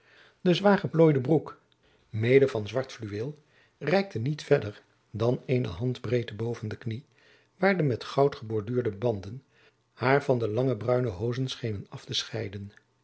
de zwaargeplooide broek mede van zwart fluweel reikte niet verder dan eene handbreedte boven de knie waar de met goud geborduurde banden haar van de lange bruine hoozen schenen af te scheiden